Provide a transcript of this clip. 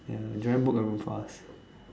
ya Joanne book very fast